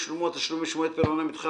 ישולמו התשלומים שמועד פירעונם נדחה